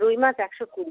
রুই মাছ একশো কুড়ি